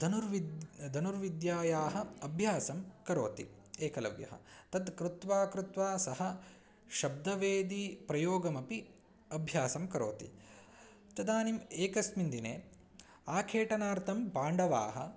धनुर्विद्या धनुर्विद्यायाः अभ्यासं करोति एकलव्यः तद् कृत्वा कृत्वा सः शब्दवेदी प्रयोगमपि अभ्यासं करोति तदानीम् एकस्मिन् दिने आखेटनार्थं पाण्डवाः